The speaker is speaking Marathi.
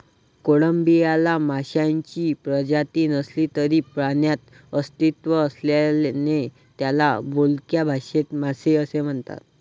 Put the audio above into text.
कोळंबीला माशांची प्रजाती नसली तरी पाण्यात अस्तित्व असल्याने त्याला बोलक्या भाषेत मासे असे म्हणतात